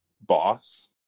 boss